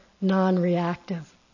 non-reactive